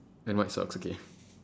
and white socks okay